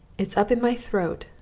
it's up in my throat,